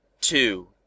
Two